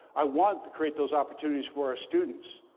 i want to create those opportunities for our students.